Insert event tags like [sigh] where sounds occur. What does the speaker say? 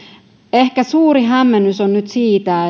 ehkä suurin hämmennys on nyt siitä [unintelligible]